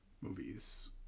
movies